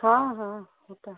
हाँ हाँ होता है